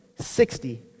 sixty